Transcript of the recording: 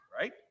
Right